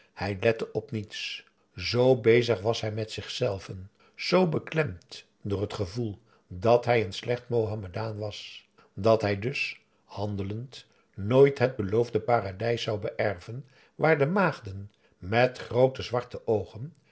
hij lette op niets z bezig was hij met zichzelven z beklemd door het gevoel dat hij een slecht mohammedaan was dat hij dus handelend nooit het beloofde paradijs zou beërven waar de maagden met groote zwarte oogen